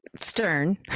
Stern